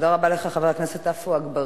תודה רבה לך, חבר הכנסת עפו אגבאריה.